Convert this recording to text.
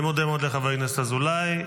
אני מודה מאוד לחבר הכנסת אזולאי.